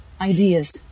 ideas